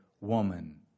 woman